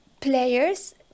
players